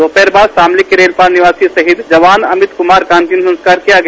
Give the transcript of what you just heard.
दोपहर बाद शामली के रेलपार निवासी शहीद जवान अमित कुमार का अंतिम संस्कार किया गया